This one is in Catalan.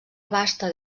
abasta